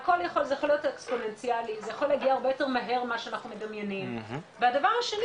זה יכול להגיע הרבה יותר מהר ממה שאנחנו מדמיינים והדבר השני